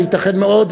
וייתכן מאוד,